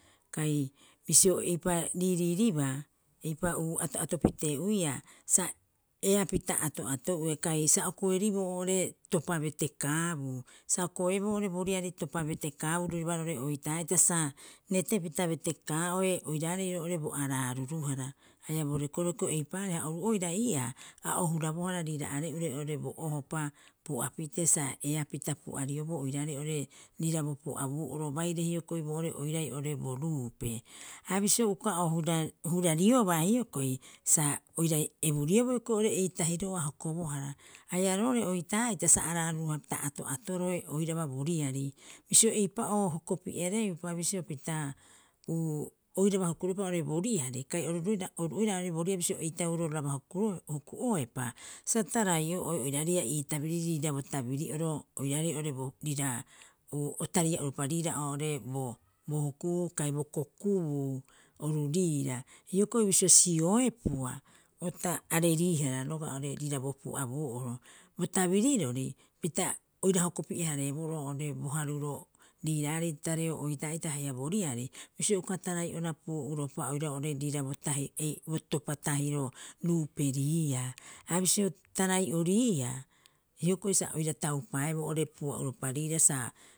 Kai bisio eipa riiriiribaa eipa'uu ato'ato pitee'uiia, sa eapita ato'ato ue kai sa o koeribii oo'ore topa betekaabuu sa o koeboo oo'ore boriari topa betekaabuu roiraba roo'ore oitaa'ita sa retepito betekaa'oe oiraarei oo'ore bo araa- ruruhara haia bo rekoreko eipaareha oru oira ii'aa a ohurabohara riira are'ure oo'ore bo ohopa pu'apitee sa eapita pu'arioboo oiraarei oo'ore riira bo pu'abuu'oro baire hioko'i boo'ore oirai bo ruupe. Ha bisio uka o hurarioba hioko'i. Sa oirai eburioboo hioko'i ei tahiro'oo a hokobohara. Haia roo'ore oitaa'ita sa araa- ruruhaapita ato'atoroe oiraba boriari. Bisio eipa'oo hokopi'ereupa bisio pita uu oiraba hukuroepa oo'ore boriari kai oru roira oru oira boriari bisio etauroraba hokoe huku'oepa sa taraio'oe oiraare oo'ore bo riira bo o taria'opa riira oo'ore bo- bo hukubuu kai bo kokubuu oru riira. Hioko'i bisio sioeupua o ta are riihara roga'a oo'ore riira bo pu'abu'oro. Bo tabirirori pita oira hokopi'ehareeboroo oo'ore bo haruro riiraarei tareo oitaa'ita haia bo riari bisio uka tarai'orapiu uropa oirau topa tahiro ruuperiia. Ha bisio tarai'oriia hioko'i, sa oira taupaeboo oo'ore pu'a'uropa riira sa